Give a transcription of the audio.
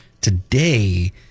today